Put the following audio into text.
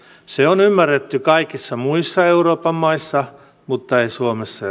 se on ymmärretty kaikissa muissa euroopan maissa mutta ei suomessa